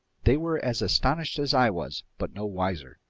they were as astonished as i was, but no wiser.